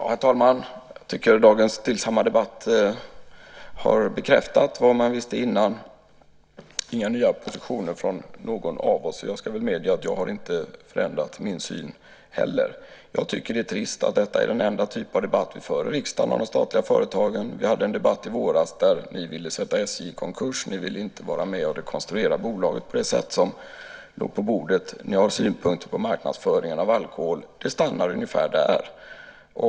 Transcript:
Herr talman! Jag tycker att dagens stillsamma debatt har bekräftat vad man visste innan. Det har inte redovisats några nya positioner från någon, och jag ska väl medge att inte heller jag har förändrat min syn. Det är trist att detta är den enda typ av debatt vi för i riksdagen om de statliga företagen. Vi hade en debatt i våras, där ni ville försätta SJ i konkurs. Ni ville inte vara med och rekonstruera bolaget enligt det förslag som låg på bordet. Ni har synpunkter på marknadsföringen av alkohol. Det stannar ungefär där.